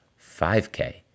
5K